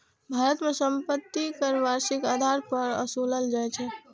भारत मे संपत्ति कर वार्षिक आधार पर ओसूलल जाइ छै